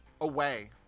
Away